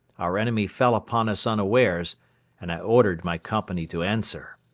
our enemy fell upon us unawares and i ordered my company to answer.